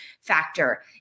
factor